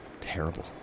terrible